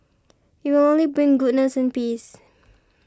it will only bring goodness and peace